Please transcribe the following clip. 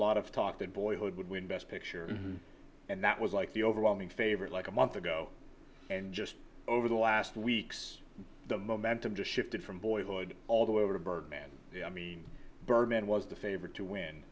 lot of talk that boyhood would win best picture and that was like the overwhelming favorite like a month ago and just over the last weeks the momentum has shifted from boyhood all the way over to birdman i mean bergman was the favorite to